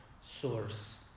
source